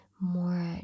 more